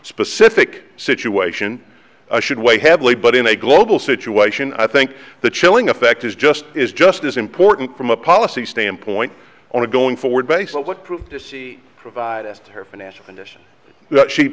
specific situation should weigh heavily but in a global situation i think the chilling effect is just is just as important from a policy standpoint on a going forward basis what prove to see provide as to her financial condition she